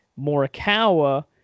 Morikawa